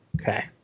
Okay